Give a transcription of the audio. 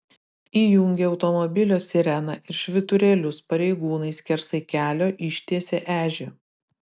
įjungę automobilio sireną ir švyturėlius pareigūnai skersai kelio ištiesė ežį